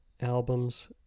albums